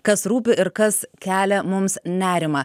kas rūpi ir kas kelia mums nerimą